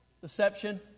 Deception